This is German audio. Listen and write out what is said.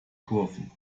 kurven